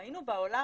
ראינו בעולם,